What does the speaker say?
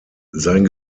sein